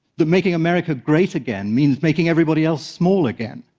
that making america great again means making everybody else small again,